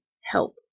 help